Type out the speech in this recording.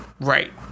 Right